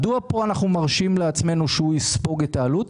מדוע פה אנחנו מרשים לעצמנו שהוא יספוג את העלות?